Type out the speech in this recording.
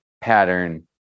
pattern